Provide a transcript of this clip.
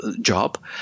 job